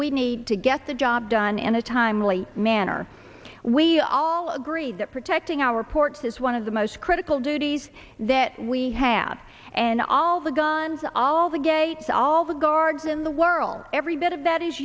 we need to get the job done in a timely manner we all agree that protecting our ports is one of the most critical duties that we have and all the guns all the gates all the guards in the world every bit of that is